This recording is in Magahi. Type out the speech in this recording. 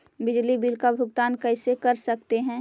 बिजली बिल का भुगतान कैसे कर सकते है?